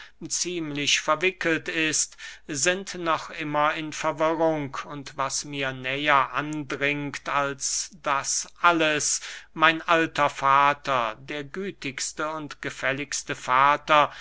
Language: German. ziemlich verwickelt ist sind noch immer in verwirrung und was mir näher andringt als das alles mein alter vater der gütigste und gefälligste vater